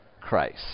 Christ